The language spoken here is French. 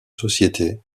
société